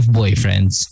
boyfriends